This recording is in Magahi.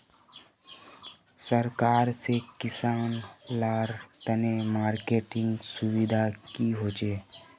सरकार से किसान लार तने मार्केटिंग सुविधा की होचे?